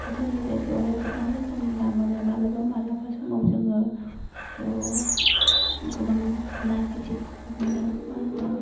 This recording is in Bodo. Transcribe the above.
जोंनि जायगायावहाय गोबां रोखोमनि ना मोनो मालाबा मालाबा समाव जोङो गोबां ना गिदिदबो मोनो मा होनो